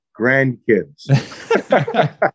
grandkids